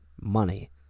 money